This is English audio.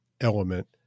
element